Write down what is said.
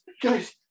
guys